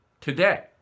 today